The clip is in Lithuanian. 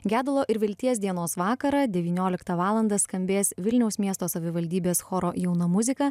gedulo ir vilties dienos vakarą devynioliktą valandą skambės vilniaus miesto savivaldybės choro jauna muzika